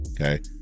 Okay